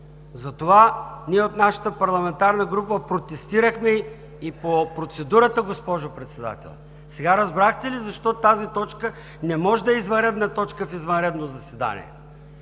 затова от нашата парламентарна група протестирахме и по процедурата, госпожо Председател. Сега разбрахте ли, защо тази точка не може да е извънредна точка в извънредно заседание?